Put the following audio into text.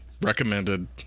Recommended